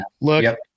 Look